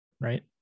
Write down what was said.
Right